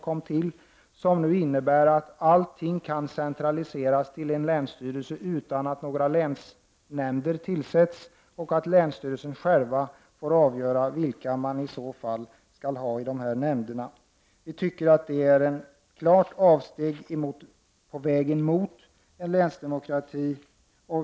Det innebär att allting kan centraliseras till en länsstyrelse utan att några länsnämnder tillsätts och att länsstyrelsen själv får avgöra vilka man i så fall skall ha i nämnderna. Vi tycker att det är ett klart avsteg från vägen mot länsdemokrati.